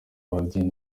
ababyeyi